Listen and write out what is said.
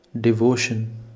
devotion